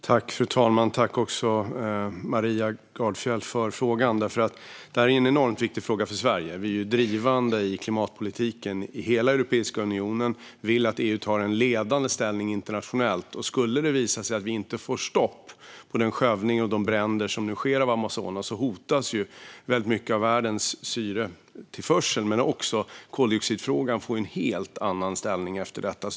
Fru talman! Tack, Maria Gardfjell, för frågan! Det är en enormt viktig fråga för Sverige. Vi är drivande i klimatpolitiken i hela Europeiska unionen. Vi vill att EU tar en ledande ställning internationellt. Om det skulle visa sig att vi inte får ett stopp på den skövling och de bränder som nu pågår i Amazonas hotas mycket av världens syretillförsel. Även koldioxidfrågan får en helt annan ställning efter detta.